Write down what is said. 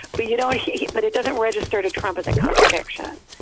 but you don't hear it. but it doesn't register to trump as a contradiction.